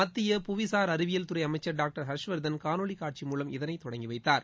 மத்திய புவிசார் அறிவியல் துறை அமைச்சர் டாக்டர் ஹர்ஷவர்தன் காணொலி காட்சி மூவம் இதனை தொடங்கி வைத்தார்